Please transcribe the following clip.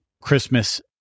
Christmas